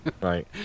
Right